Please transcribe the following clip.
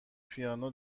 پیانو